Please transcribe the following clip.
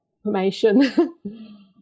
information